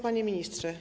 Panie Ministrze!